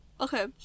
okay